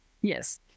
Yes